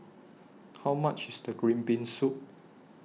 How much IS The Green Bean Soup